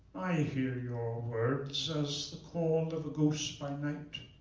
i hear your words as the call and of a ghost by night,